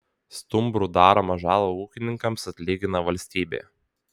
stumbrų daromą žalą ūkininkams atlygina valstybė